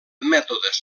mètodes